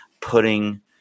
putting